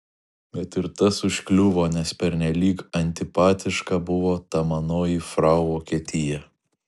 bet ir tas užkliuvo nes pernelyg antipatiška buvo ta manoji frau vokietija